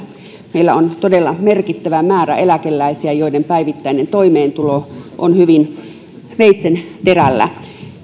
meillä on todella merkittävä määrä eläkeläisiä joiden päivittäinen toimeentulo on hyvin veitsenterällä